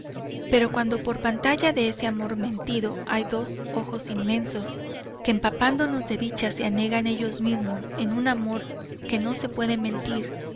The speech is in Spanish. pero cuando por pantalla de ese amor mentido hay dos ojos inmensos que empapándonos de dicha se anegan ellos mismos en un amor que no se puede mentir